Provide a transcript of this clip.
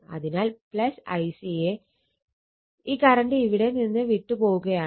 അതിനാൽ ICA ഈ current ഇവിടെ നിന്ന് വിട്ട് പോവുകയാണ്